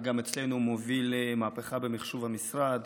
וגם אצלנו הוא מוביל מהפכה במחשוב המשרד,